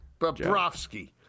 Bobrovsky